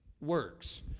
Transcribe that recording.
works